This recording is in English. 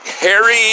Harry